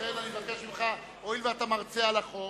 לכן אני מבקש ממך, הואיל ואתה מרצה על החוק,